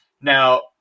Now